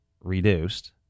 reduced